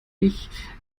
ich